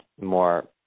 more